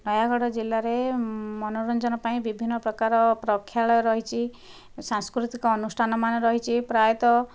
ନୟାଗଡ଼ ଜିଲ୍ଲାରେ ମନୋରଞ୍ଜନ ପାଇଁ ବିଭିନ୍ନ ପ୍ରକାର ପ୍ରକ୍ଷାଳୟ ରହିଛି ସାଂସ୍କୃତିକ ଅନୁଷ୍ଠାନମାନ ରହିଛି ପ୍ରାୟତଃ